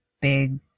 big